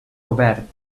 obert